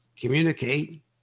communicate